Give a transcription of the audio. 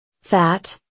fat